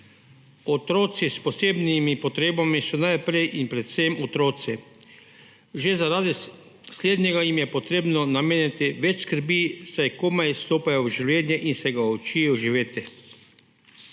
Otroci s posebnimi potrebami so najprej in predvsem otroci. Že zaradi slednjega jim je treba nameniti več skrbi, saj komaj stopajo v življenje in se ga učijo živeti.